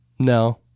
No